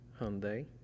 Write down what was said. Hyundai